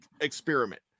experiment